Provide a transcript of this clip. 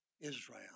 Israel